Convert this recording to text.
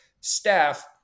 staff